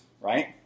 right